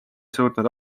suutnud